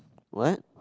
what